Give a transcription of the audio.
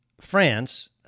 France